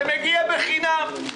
זה מגיע בחינם.